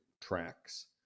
tracks